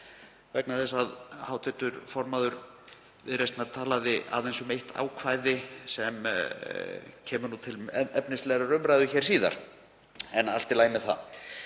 vegna þess að hv. formaður Viðreisnar talaði aðeins um eitt ákvæði sem kemur til efnislegrar umræðu síðar. En allt í lagi með það.